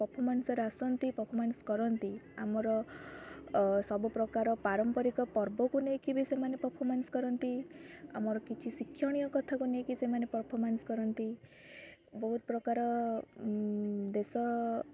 ପ୍ରଫମାନ୍ସର୍ ଆସନ୍ତି ପ୍ରଫମାନ୍ସ୍ କରନ୍ତି ଆମର ସବୁ ପ୍ରକାର ପାରମ୍ପରିକ ପର୍ବକୁ ନେଇକି ବି ସେମାନେ ପ୍ରଫମାନ୍ସ୍ କରନ୍ତି ଆମର କିଛି ଶିକ୍ଷଣୀୟ କଥାକୁ ନେଇକି ସେମାନେ ପ୍ରଫମାନ୍ସ୍ କରନ୍ତି ବହୁତ ପ୍ରକାର ଦେଶ